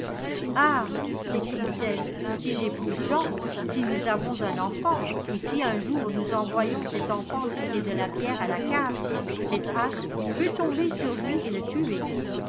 ah sécrie t elle si j'épouse jean si nous avons un enfant et si un jour nous envoyons cet enfant tirer de la bière à la cave cette hache peut tomber sur lui et le tuer